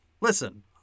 Listen